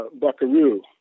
buckaroo